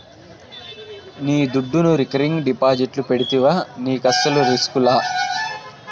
నీ దుడ్డును రికరింగ్ డిపాజిట్లు పెడితివా నీకస్సలు రిస్కులా